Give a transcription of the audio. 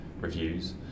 reviews